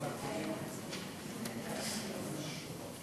אדוני היושב-ראש,